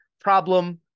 Problem